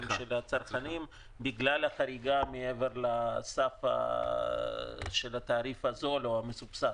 של הצרכנים בגלל החריגה מעבר לסף התעריף הזול או המסובסד.